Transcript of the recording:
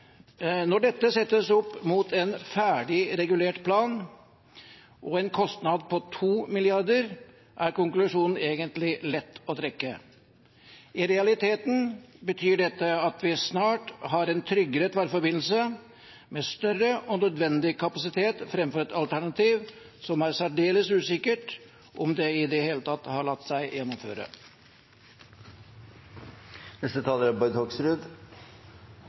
Når dette settes opp mot en ferdig regulert plan og en kostnad på 2 mrd. kr, er konklusjonen egentlig lett å trekke. I realiteten betyr det at vi snart har en tryggere tverrforbindelse med større og nødvendig kapasitet, framfor et alternativ som det er særdeles usikkert om i det hele tatt hadde latt seg gjennomføre. Det er